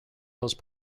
those